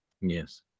yes